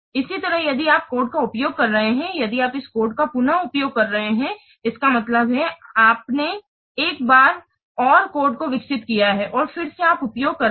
इसी तरह यदि आप कोड का उपयोग कर रहे हैं यदि आप इस कोड का पुन उपयोग कर रहे हैं इसका मतलब है आपने एक बार और कोड को विकसित किया है और फिर से आप उपयोग कर रहे हैं